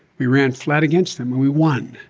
we ran flat against them, and we won.